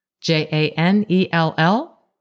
J-A-N-E-L-L